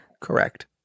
Correct